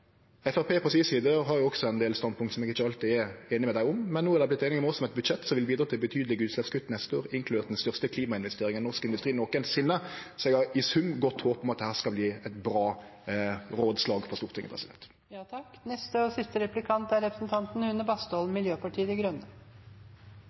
ein del standpunkt som eg ikkje alltid er einig med dei i, men no har dei vorte einige med oss om eit budsjett som vil bidra til betydelege utsleppskutt neste år, inkludert den største klimainvesteringa i norsk industri nokon gong, så eg har i sum godt håp om at dette skal verte eit bra rådslag på Stortinget. Organisasjonen Sabima har ikke lagt veldig mye imellom når de har kritisert regjeringens naturpolitikk. Det er